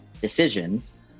decisions